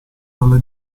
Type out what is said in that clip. dalla